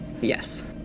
Yes